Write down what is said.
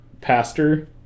pastor